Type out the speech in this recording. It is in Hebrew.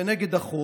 זה נגד החוק,